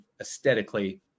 aesthetically